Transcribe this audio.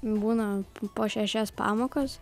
būna po šešias pamokas